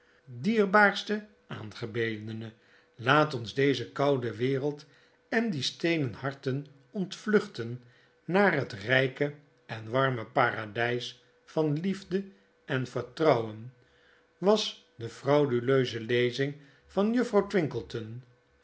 dierbaarste aangebedene laat ons deze koude wereld en die steenen harten ontvluchten naar het rijke en warme parades van liefde en vertrouwen was de frauduleuze lezing van juffrouw